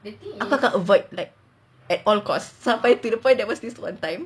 aku akan avoid at all cost to the point that at one point of time